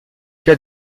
cas